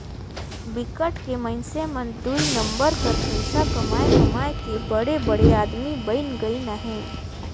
बिकट के मइनसे मन दुई नंबर कर पइसा कमाए कमाए के बड़े बड़े आदमी बइन गइन अहें